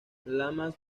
lamas